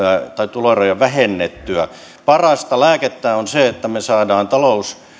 tuloeroja vähennettyä parasta lääkettä on se että me saamme talouden